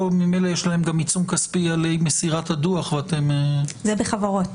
פה ממילא יש להם גם עיצום כספי על אי-מסירת הדוח ואתם --- זה בחברות.